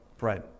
Right